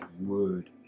word